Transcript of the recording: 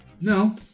No